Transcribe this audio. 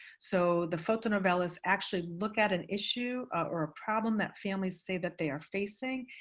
so the fotonovelas actually look at an issue or a problem that families say that they are facing,